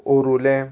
ओरुलें